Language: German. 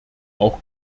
auch